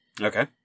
Okay